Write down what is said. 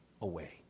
away